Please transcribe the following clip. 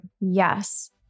Yes